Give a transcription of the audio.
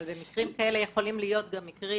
אבל אלה יכולים להיות מקרים